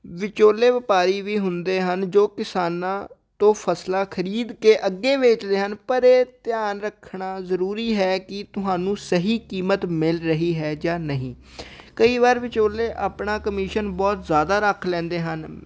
ਵਿਚੋਲੇ ਵਪਾਰੀ ਵੀ ਹੁੰਦੇ ਹਨ ਜੋ ਕਿਸਾਨਾਂ ਤੋਂ ਫਸਲਾਂ ਖਰੀਦ ਕੇ ਅੱਗੇ ਵੇਚਦੇ ਹਨ ਪਰ ਇਹ ਧਿਆਨ ਰੱਖਣਾ ਜ਼ਰੂਰੀ ਹੈ ਕਿ ਤੁਹਾਨੂੰ ਸਹੀ ਕੀਮਤ ਮਿਲ ਰਹੀ ਹੈ ਜਾਂ ਨਹੀਂ ਕਈ ਵਾਰ ਵਿਚੋਲੇ ਆਪਣਾ ਕਮਿਸ਼ਨ ਬਹੁਤ ਜ਼ਿਆਦਾ ਰੱਖ ਲੈਂਦੇ ਹਨ